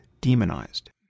demonized